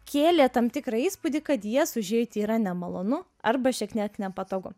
kėlė tam tikrą įspūdį kad į jas užeiti yra nemalonu arba šiekniek nepatogu